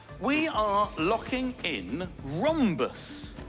we are locking in rhombus.